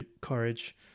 courage